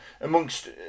amongst